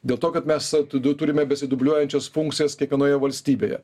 dėl to kad mes tu du turime besidubliuojančias funkcijas kiekvienoje valstybėje